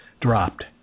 dropped